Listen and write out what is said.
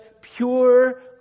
pure